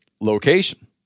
location